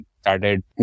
started